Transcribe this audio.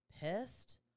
pissed